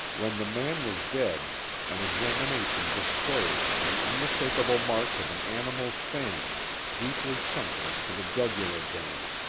when the man was dead an examination disclosed the unmistakable marks of an animal's fangs deeply sunken into the jugular vein.